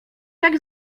tak